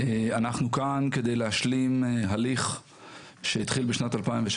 אנחנו כאן כדי להשלים הליך שהתחיל בשנת 2016,